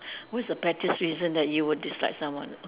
what's the pettiest reason that you would dislike someone